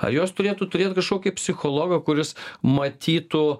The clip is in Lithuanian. ar jos turėtų turėt kažkokį psichologą kuris matytų